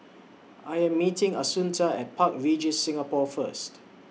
I Am meeting Assunta At Park Regis Singapore First